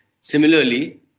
Similarly